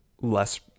less